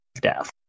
death